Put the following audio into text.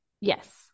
Yes